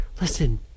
listen